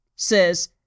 says